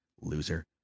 Loser